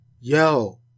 yo